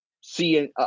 see